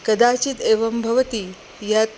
कदाचित् एवं भवति यत्